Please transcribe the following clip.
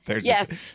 Yes